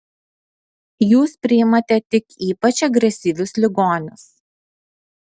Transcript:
jūs priimate tik ypač agresyvius ligonius